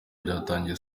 byatangiye